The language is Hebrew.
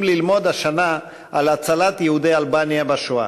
ללמוד השנה על הצלת יהודי אלבניה בשואה.